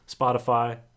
Spotify